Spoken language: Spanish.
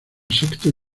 sexto